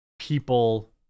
people